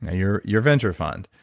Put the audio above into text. ah your your venture fund,